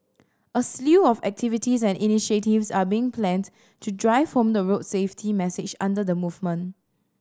a slew of activities and initiatives are being planned to drive home the road safety message under the movement